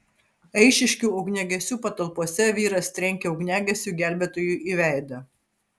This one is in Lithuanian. eišiškių ugniagesių patalpose vyras trenkė ugniagesiui gelbėtojui į veidą